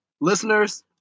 listeners